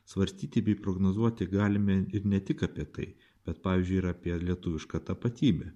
svarstyti bei prognozuoti galime ir ne tik apie tai bet pavyzdžiui ir apie lietuvišką tapatybę